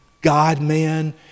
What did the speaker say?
God-man